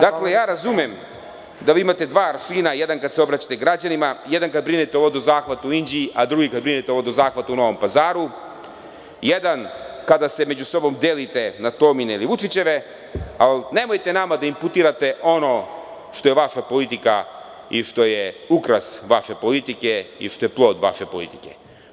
Dakle, razumem da vi imate dva aršina, jedan kada se obraćate građanima, jedan kada brinete o vodozahvatu u Inđiji, a drugi kada brinete o vodozahvatu u Novom Pazaru, jedan kada se među sobom delite na Tomine ili Vučićeve, ali nemojte nama da imputirate ono što je vaša politika, što je ukras vaše politike i što je plod vaše politike.